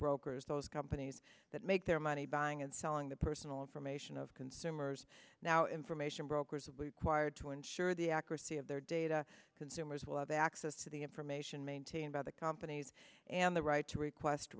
brokers those companies that make their money buying and selling the personal information of consumers now information brokers of required to ensure the accuracy of their data consumers will have access to the information maintained by the companies and the right to request